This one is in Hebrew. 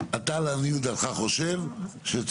לכן, אתה, לעניות דעתך חושב שצריך